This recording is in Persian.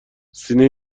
سینه